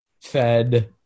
fed